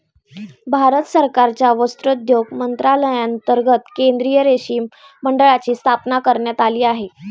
भारत सरकारच्या वस्त्रोद्योग मंत्रालयांतर्गत केंद्रीय रेशीम मंडळाची स्थापना करण्यात आली आहे